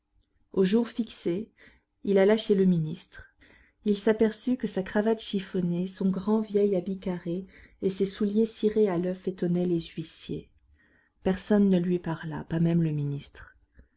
au jour fixé il alla chez le ministre il s'aperçut que sa cravate chiffonnée son grand vieil habit carré et ses souliers cirés à l'oeuf étonnaient les huissiers personne ne lui parla pas même le ministre